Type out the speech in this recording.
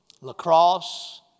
Lacrosse